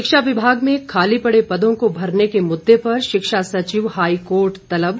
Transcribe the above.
शिक्षा विभाग में खाली पड़े पदों को भरने के मुद्दे पर शिक्षा सचिव हाईकोर्ट तलब